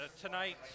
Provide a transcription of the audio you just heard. tonight